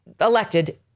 elected